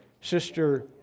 Sister